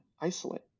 isolate